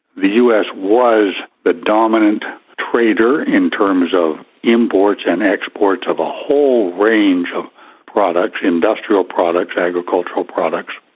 the us was the dominant trader, in terms of imports and exports, of a whole range of products industrial products, agricultural products.